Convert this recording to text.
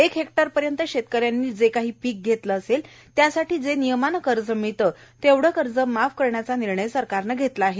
एक हेक्टर पर्यंत शेतकऱ्यांनी जे काही पिक घेतलं असेलए त्यासाठी जे नियमाने कर्ज मिळतं तेवढं कर्ज आम्ही माफ करण्याचा निर्णय घेतला आहे